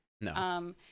No